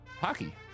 hockey